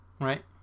Right